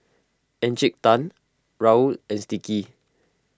Encik Tan Raoul and Sticky